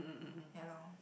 ya loh